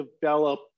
develop